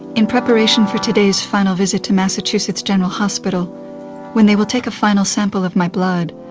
in preparation for today's final visit to massachusetts general hospital when they will take a final sample of my blood,